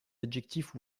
adjectifs